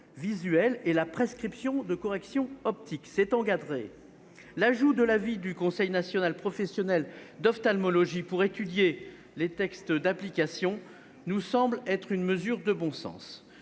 visuels et la prescription de corrections optiques. L'ajout de l'avis du Conseil national professionnel d'ophtalmologie pour étudier les textes d'application nous semble être une mesure de bon sens.